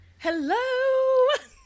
Hello